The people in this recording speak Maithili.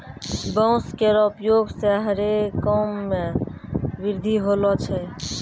बांस केरो उपयोग सें हरे काम मे वृद्धि होलो छै